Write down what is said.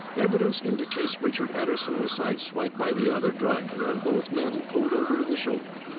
evidence indicates richard aderson was sideswiped by the other driver and both men pulled over to the shoulder.